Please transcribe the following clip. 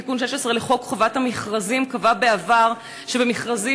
תיקון 16 לחוק חובת המכרזים קבע בעבר שבמכרזים